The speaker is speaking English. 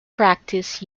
practice